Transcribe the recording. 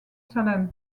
salem